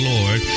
Lord